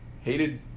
hated